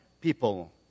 people